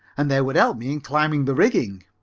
and they would help me in climbing the rigging.